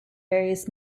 various